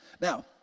Now